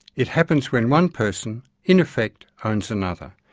it happens when one person, in effect, owns another.